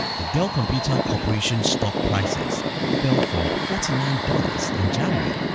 the dell computer corp. stock prices fell from forty nine dollars in january,